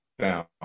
down